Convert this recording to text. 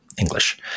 English